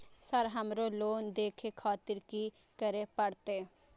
Sir हमरो loan देखें खातिर की करें परतें?